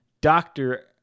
Doctor